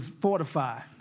fortified